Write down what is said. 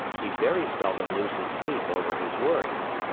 he very seldom loses sleep over his worries.